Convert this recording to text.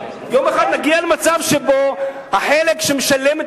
יום אחד נגיע למצב שבו החלק שמשלם את